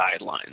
guidelines